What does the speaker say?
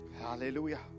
Hallelujah